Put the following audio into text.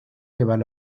llevan